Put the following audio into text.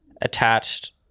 attached